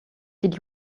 did